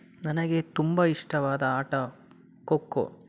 ನನಗೆ ತುಂಬ ಇಷ್ಟವಾದ ಆಟ ಖೊ ಖೋ